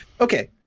Okay